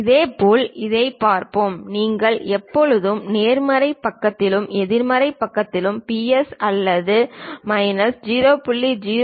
இதேபோல் இதைப் பார்ப்போம் நீங்கள் எப்போதும் நேர்மறை பக்கத்திலும் எதிர்மறை பக்கத்திலும் பிளஸ் அல்லது மைனஸ் 0